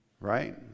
right